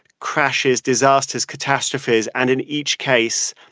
crashes, disasters, catastrophes. and in each case,